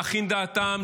להכין דעתם,